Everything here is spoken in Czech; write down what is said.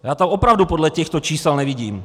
Já to opravdu podle těchto čísel nevidím.